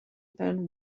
than